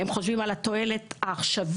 הם חושבים על התועלת העכשווית,